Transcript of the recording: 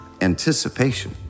anticipation